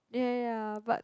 ya ya ya but